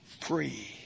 free